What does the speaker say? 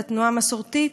לתנועה המסורתית,